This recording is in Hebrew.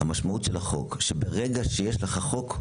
המשמעות של החוק היא שברגע שיש לך חוק,